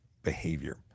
Behavior